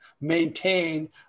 maintain